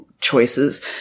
choices